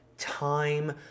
time